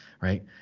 right